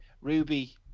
Ruby